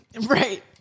Right